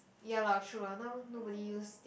ya lah true lah now nobody use